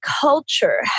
culture